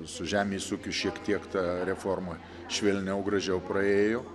su žemės ūkiu šiek tiek ta reforma švelniau gražiau praėjo